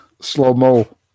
slow-mo